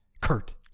Kurt